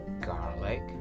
garlic